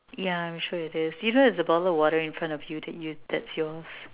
yeah I'm sure it is even if it's a bottle of water in front of you that you that's yours